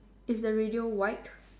is the radio white